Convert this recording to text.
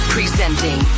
Presenting